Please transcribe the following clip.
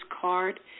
card